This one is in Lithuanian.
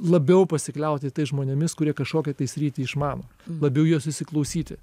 labiau pasikliauti tais žmonėmis kurie kažkokią sritį išmano labiau į juos įsiklausyti